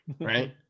right